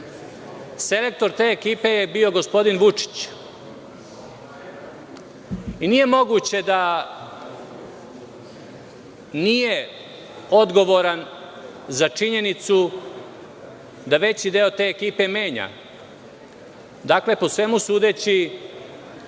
SNS.Selektor te ekipe je bio gospodin Vučić i nije moguće da nije odgovoran za činjenicu da veći deo te ekipe menja. Dakle, po svemu sudeći,